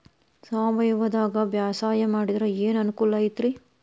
ಸಾವಯವದಾಗಾ ಬ್ಯಾಸಾಯಾ ಮಾಡಿದ್ರ ಏನ್ ಅನುಕೂಲ ಐತ್ರೇ?